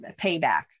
payback